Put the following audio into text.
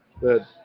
good